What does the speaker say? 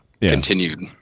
continued